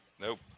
nope